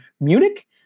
Munich